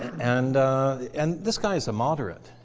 and and this guy is a moderate.